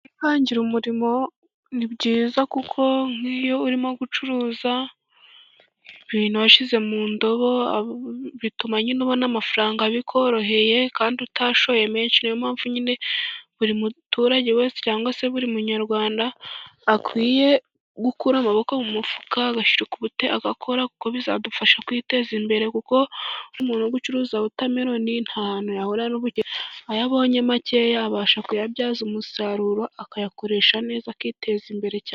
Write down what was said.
Kwihangira umurimo ni byiza, kuko nk'iyo urimo gucuruza ibintu washyize mu ndobo, bituma nyine ubona amafaranga bikoroheye. Kandi utashoye menshi niyo mpamvu nyine buri muturage wese cyangwa se buri munyarwanda akwiye gukura amaboko mu mufuka, agashira ubute agakora kuko bizadufasha kwiteza imbere. Kuko umuntu uri gucuruza wotamelone nta hantu yahurira n'ubukene, ayo abonye make yabasha kuyabyaza umusaruro akayakoresha neza, akiteza imbere cyane.